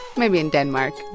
maybe in denmark.